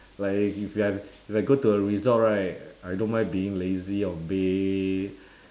like if you have like if I go to a resort right I don't mind being lazy on bed